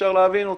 שאפשר להבין אותו,